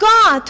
God